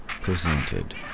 presented